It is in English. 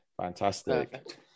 fantastic